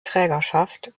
trägerschaft